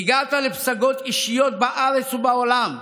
הגעת לפסגות אישיות בארץ ובעולם,